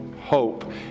hope